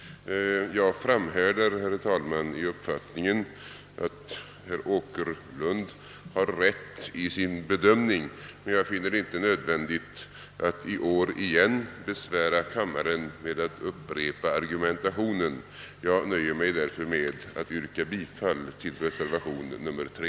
Jag framhärdar, herr talman, i uppfattningen att herr Åkerlund har rätt i sin bedömning, men jag finner det inte nödvändigt att i år åter besvära kammaren med att upprepa argumentationen. Jag nöjer mig därför med att yrka bifall till reservation nr 3.